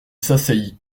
s’asseyent